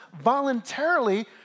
voluntarily